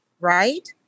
right